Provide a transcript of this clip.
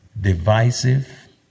divisive